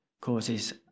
causes